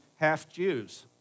half-Jews